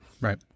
right